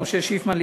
למשה שיפמן,